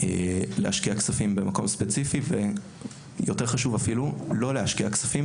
להשקיע כספים במקום ספציפי, או לא להשקיע כספים